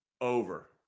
Over